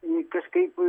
ji kažkaip